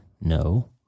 No